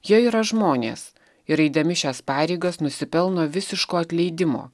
jie yra žmonės ir eidami šias pareigas nusipelno visiško atleidimo